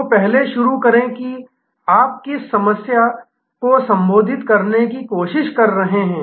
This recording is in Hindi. तो पहले शुरू करें कि आप किस समस्यादर्द को संबोधित करने की कोशिश कर रहे हैं